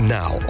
now